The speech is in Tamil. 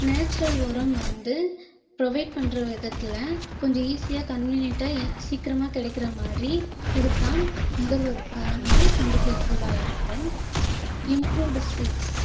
நேச்சுரல் உரம் வந்து ப்ரொவைட் பண்ணுற விதத்தில் கொஞ்சம் ஈசியாக கன்வீனியன்ட்டாக ஈ சீக்கிரமாக கிடைக்கிறமாதிரி கொடுத்தா நுகர்வோருக்கும் வந்து கொஞ்சம் ஹெல்ஃப்ஃபுல்லா இருக்கும் இம்ப்ரூவ்டு சீட்ஸ்